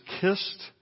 kissed